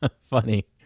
funny